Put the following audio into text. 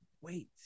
wait